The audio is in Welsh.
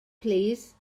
plîs